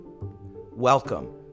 welcome